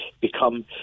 become